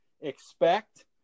expect